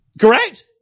Correct